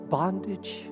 bondage